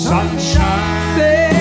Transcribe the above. Sunshine